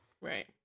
right